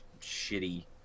shitty